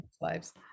lives